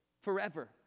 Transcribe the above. forever